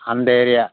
அந்த ஏரியா